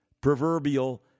proverbial